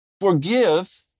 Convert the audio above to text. Forgive